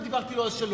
לא דיברתי לא על שלום,